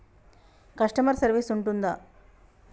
Customer service ఉంటుందా?